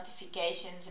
notifications